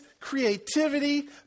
creativity